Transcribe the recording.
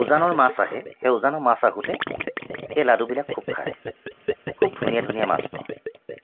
উজানৰ মাছ আহে সেই উজানৰ মাছ আহোঁতে সেই লাডুবিলাক খুব খাই খুব ধুনীয়া ধুনীয়া মাছ পাওঁ